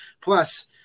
Plus